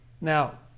Now